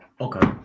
Okay